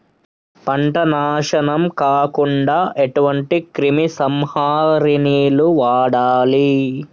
పంట నాశనం కాకుండా ఎటువంటి క్రిమి సంహారిణిలు వాడాలి?